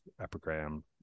epigram